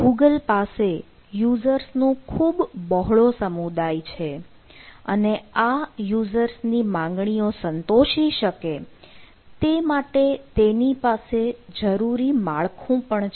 Google પાસે યૂઝર્સનો ખૂબ બહોળો સમુદાય છે અને આ યુઝર્સ ની માંગણીઓ સંતોષી શકે તે માટે તેની પાસે જરૂરી માળખું પણ છે